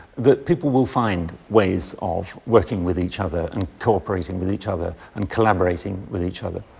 that people will find ways of working with each other, and cooperating with each other, and collaborating with each other.